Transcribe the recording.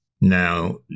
now